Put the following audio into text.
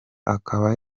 akaba